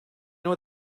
know